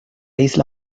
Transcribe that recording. isla